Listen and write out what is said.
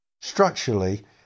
Structurally